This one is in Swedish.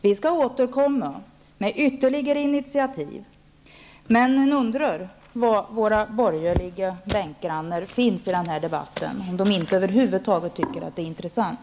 Vi skall återkomma med ytterligare initiativ, men jag undrar var våra borgerliga bänkgrannar finns i den här debatten, och om de över huvud taget inte tycker att den är intressant.